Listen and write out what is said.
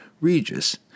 Regis